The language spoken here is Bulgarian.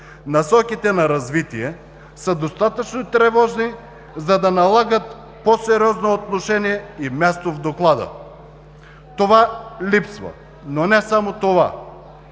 насоките на развитие, са достатъчно тревожни, за да налагат по-сериозно отношение и място в доклада. Това липсва, но не само това.